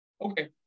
Okay